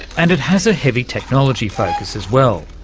and it has a heavy technology focus as well.